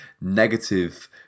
negative